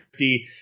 50